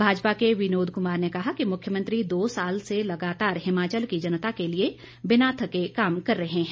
भाजपा के विनोद कुमार ने कहा कि मुख्यमंत्री दो साल से लगातार हिमाचल की जनता के लिए बिना थके काम कर रहे हैं